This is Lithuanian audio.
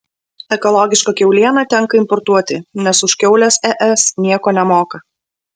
ekologišką kiaulieną tenka importuoti nes už kiaules es nieko nemoka